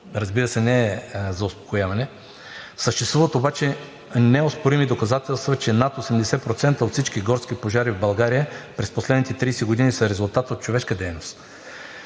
разбира се, не е за успокояване. Съществуват обаче неоспорими доказателства, че над 80% от всички горски пожари в България през последните 30 години са резултат от човешка дейност,